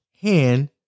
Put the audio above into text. hand